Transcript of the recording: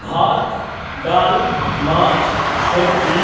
ভাত ডাল মাছ সবজি